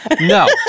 No